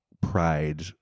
pride